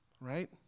right